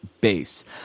base